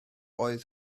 oedd